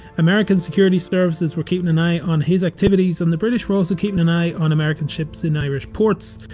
american security services were keeping an eye on his activities, and the british were also keeping an eye on american ships in irish ports,